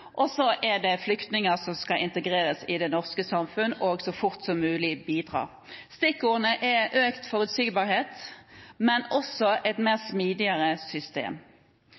Og det er flyktninger som skal integreres i det norske samfunnet og så fort som mulig bidra. Stikkordene er «økt forutsigbarhet» og «et mer smidig system».